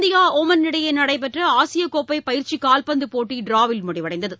India Oman இடையேநடைபெற்றஆசியகோப்பைபயிற்சிகால்பந்தபோட்டிட்ராவில் முடிவடைந்தது